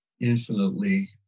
infinitely